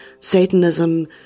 satanism